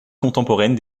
contemporaine